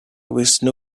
wasted